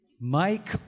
Mike